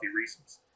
reasons